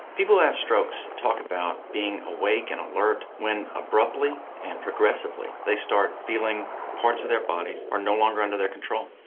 people who have strokes talk about being awake and alert when abruptly and progressively they start feeling parts of their bodies are no longer under their control.